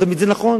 לא תמיד זה נכון.